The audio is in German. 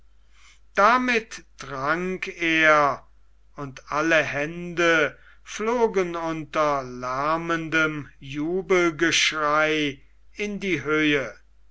damit trank er und alle hände flogen unter lärmendem jubelgeschrei in die höhe